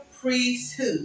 priesthood